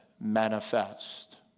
manifest